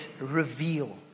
reveal